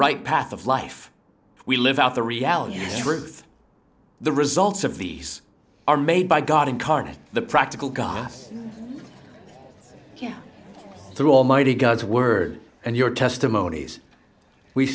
right path of life we live out the reality of truth the results of these are made by god incarnate the practical god through almighty god's word and your testimonies we